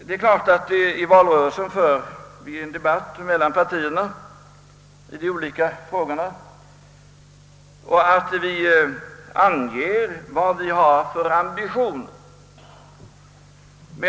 Det är klart att när det i valrörelsen förs en debatt mellan partierna i olika frågor talar vi om vilka ambitioner vi har.